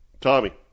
tommy